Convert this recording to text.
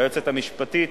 והיועצת המשפטית,